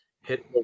Hit